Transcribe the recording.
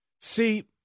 See